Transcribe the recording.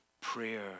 Prayer